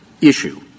issue